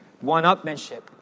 one-upmanship